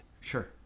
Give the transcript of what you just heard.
Sure